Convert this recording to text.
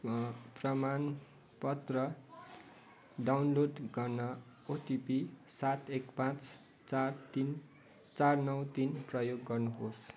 प्रमाणपत्र डाउनलोड गर्न ओटिपी सात एक पाँच चार तिन चार नौ तिन प्रयोग गर्नुहोस्